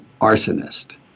arsonist